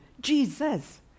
Jesus